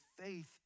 faith